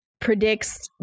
predicts